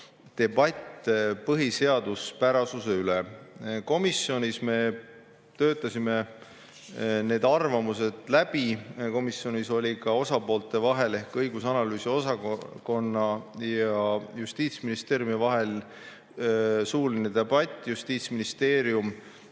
debatt põhiseaduspärasuse üle. Komisjonis me töötasime need arvamused läbi. Komisjonis oli ka osapoolte vahel ehk õigus- ja analüüsiosakonna ning Justiitsministeeriumi vahel suuline debatt. Justiitsministeerium